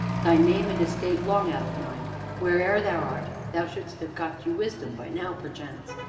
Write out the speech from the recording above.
thy name and estate long out of mind where'er thou art, thou shouldst have got you wisdom by now, perchance.